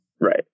right